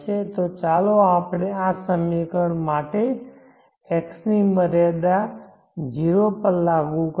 તો ચાલો આપણે આ સમીકરણ માટે x ની મર્યાદા 0 પર લાગુ કરીએ